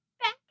Back